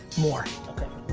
more. okay.